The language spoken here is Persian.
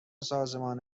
سازمان